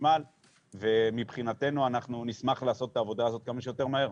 לחשמל ומבחינתנו אנחנו נשמח לעשות את העבודה הזאת כמה שיותר מהר.